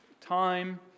time